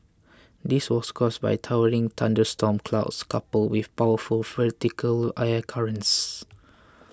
this was caused by towering thunderstorm clouds coupled with powerful vertical air currents